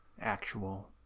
actual